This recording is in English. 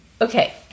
Okay